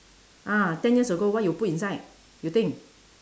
ah ten years ago what you put inside you think